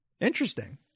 interesting